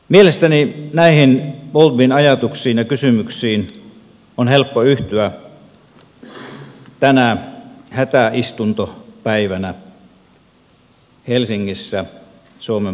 mielestäni näihin bowlbyn ajatuksiin ja kysymyksiin on helppo yhtyä tänä hätäistuntopäivänä helsingissä suomen parlamentin istuntosalissa